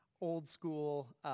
old-school